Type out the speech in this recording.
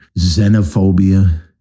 xenophobia